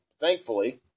thankfully